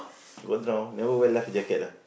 got drown never wear life jacket ah